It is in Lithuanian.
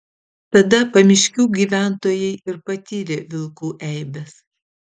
tada pamiškių gyventojai ir patyrė vilkų eibes